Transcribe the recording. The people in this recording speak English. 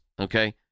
okay